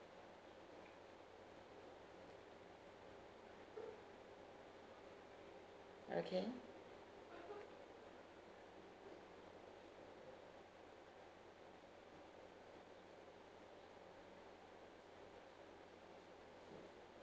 okay